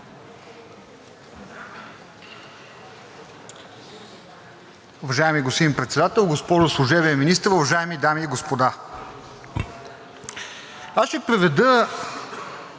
Уважаеми господин Председател, госпожо Служебен министър, уважаеми дами и господа! Аз ще преведа,